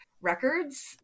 records